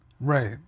Right